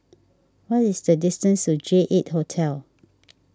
what is the distance to J eight Hotel